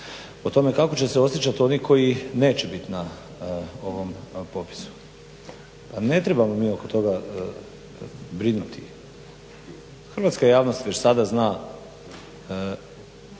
o tome kako će se osjećat oni koji neće bit na ovom popisu. Ne trebamo mi oko toga brinuti. Hrvatska javnost već sada zna